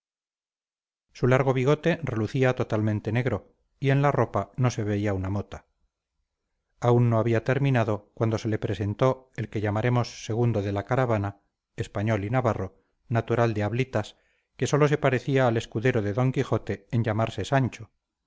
su largo bigote relucía totalmente negro y en la ropa no se veía una mota aún no había terminado cuando se le presentó el que llamaremos segundo de la caravana español y navarro natural de ablitas que sólo se parecía al escudero de d quijote en llamarse sancho